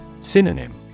Synonym